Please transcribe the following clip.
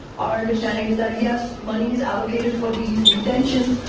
our understanding is that yes, monies allocated for these intentions,